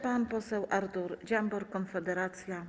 Pan poseł Artur Dziambor, Konfederacja.